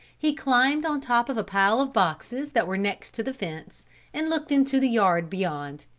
he climbed on top of a pile of boxes that were next to the fence and looked into the yard beyond.